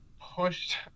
pushed